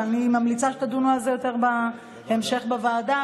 אבל אני ממליצה שתדונו על זה יותר בהמשך בוועדה,